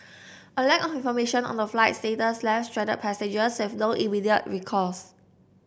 a lack of information on the flight's status left stranded passengers with no immediate recourse